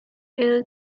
ill